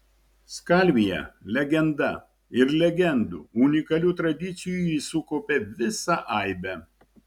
skalvija legenda ir legendų unikalių tradicijų ji sukaupė visą aibę